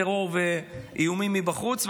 טרור ואיומים מבחוץ,